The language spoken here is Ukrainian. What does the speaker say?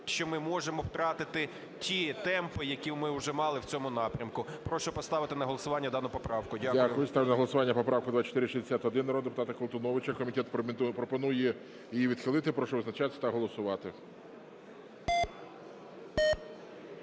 що ми можемо втратити ті темпи, які ми вже мали в цьому напрямку. Прошу поставити на голосування дану поправку. Дякую. ГОЛОВУЮЧИЙ. Дякую. Ставлю на голосування поправку 2461 народного депутата Колтуновича. Комітет пропонує її відхилити. Прошу визначатись та голосувати.